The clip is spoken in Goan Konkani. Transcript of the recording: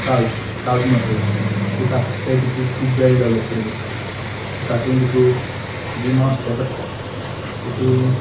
काव्ज काव्ज मसल्स सो ता ते तुका खूब बॅल्ड डॅवोलॉप करूं पडटा सो तातून तुक जिमा वसचें पडटा सो तूं